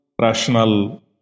rational